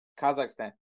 Kazakhstan